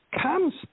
comes